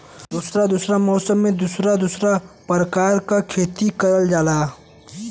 दुसर दुसर मौसम में दुसर दुसर परकार के खेती कइल जाला